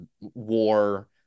war